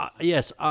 Yes